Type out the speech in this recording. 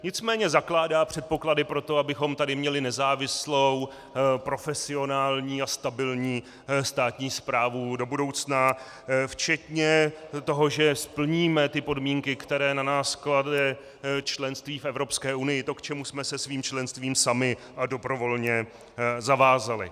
Nicméně zakládá předpoklady pro to, abychom tady měli nezávislou, profesionální a stabilní státní správu do budoucna včetně toho, že splníme podmínky, které na nás klade členství v Evropské unii, to, k čemu jsme se svým členstvím sami a dobrovolně zavázali.